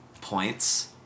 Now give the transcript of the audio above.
points